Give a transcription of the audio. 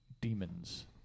Demons